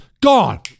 gone